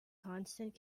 constant